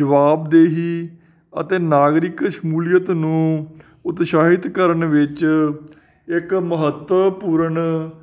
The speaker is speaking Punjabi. ਜਵਾਬਦੇਹੀ ਅਤੇ ਨਾਗਰਿਕ ਸ਼ਮੂਲੀਅਤ ਨੂੰ ਉਤਸ਼ਾਹਿਤ ਕਰਨ ਵਿੱਚ ਇੱਕ ਮਹੱਤਪੂਰਨ